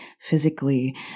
physically